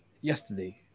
Yesterday